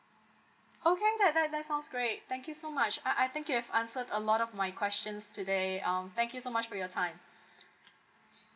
okay that that that sounds great thank you so much I I think you have answered a lot of my questions today um thank you so much for your time